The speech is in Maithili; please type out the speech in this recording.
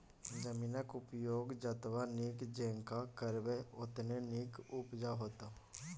जमीनक उपयोग जतबा नीक जेंका करबै ओतने नीक उपजा होएत